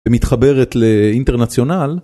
מתחברת לאינטרנציונל.